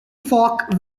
fock